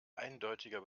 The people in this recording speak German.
eindeutiger